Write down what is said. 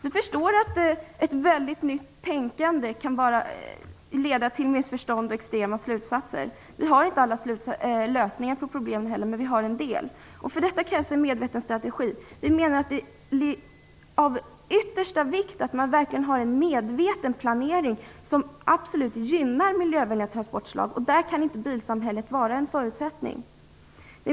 Vi förstår att ett väldigt nytt tänkande kan leda till missförstånd och extrema slutsatser. Vi har inte heller alla lösningar på problemen, men vi har en del lösningar. För detta krävs en medveten strategi. Vi menar att det är av yttersta vikt att man verkligen har en medveten planering som absolut gynnar miljövänliga transportsätt. För detta kan inte bilsamhället vara en förutsättning.